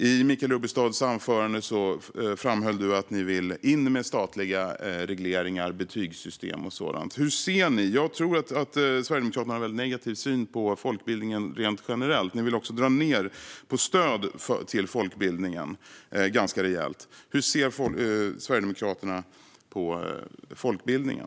I sitt anförande framhöll Michael Rubbestad att Sverigedemokraterna vill gå in med statliga regleringar, betygssystem och sådant. Jag tror att ni har en väldigt negativ syn på folkbildningen rent generellt. Ni vill också dra ned på stödet till folkbildningen ganska rejält. Hur ser Sverigedemokraterna på folkbildningen?